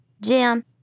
Jim